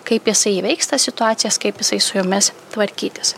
kaip jisai įveiks tas situacijas kaip jisai su jomis tvarkytis